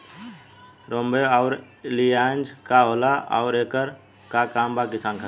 रोम्वे आउर एलियान्ज का होला आउरएकर का काम बा किसान खातिर?